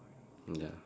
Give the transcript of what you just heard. ya